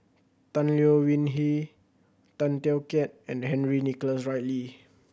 Tan Leo Wee Hin Tay Teow Kiat and Henry Nicholas Ridley